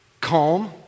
calm